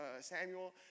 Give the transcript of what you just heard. Samuel